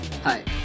Hi